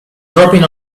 dropping